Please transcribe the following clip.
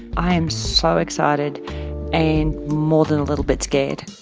i am so excited and more than a little bit scared